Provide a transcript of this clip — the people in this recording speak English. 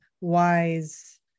wise